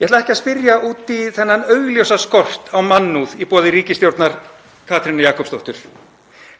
Ég ætla ekki að spyrja út í þennan augljósa skort á mannúð í boði ríkisstjórnar Katrínar Jakobsdóttur